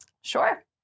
Sure